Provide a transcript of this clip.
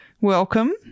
welcome